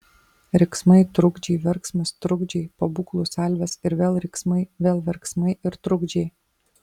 riksmai trukdžiai verksmas trukdžiai pabūklų salvės ir vėl riksmai vėl verksmai ir trukdžiai